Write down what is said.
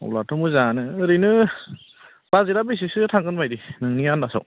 अब्लाथ' मोजाङानो ओरैनो बाजेटआ बेसेसो थांगोनबायदि नोंनि आनदासाव